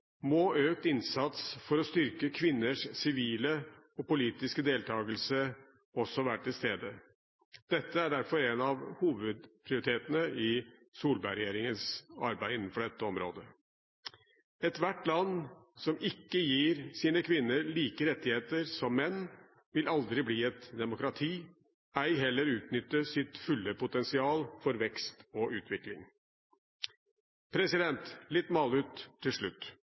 må økt innsats for å styrke kvinners sivile og politiske deltagelse også være til stede. Dette er derfor en av hovedprioritetene i Solberg-regjeringens arbeid innenfor dette området. Ethvert land som ikke gir sine kvinner like rettigheter som menn, vil aldri bli et demokrati og vil ei heller utnytte sitt fulle potensial for vekst og utvikling. Litt malurt til slutt: